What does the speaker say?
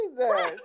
Jesus